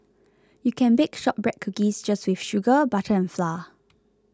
you can bake Shortbread Cookies just with sugar butter and flour